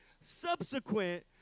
subsequent